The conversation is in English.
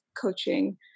coaching